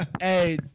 Hey